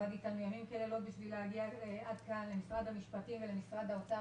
שעבד איתנו ימים כלילות בשביל להגיע עד כאן; למשרד המשפטים ומשרד האוצר,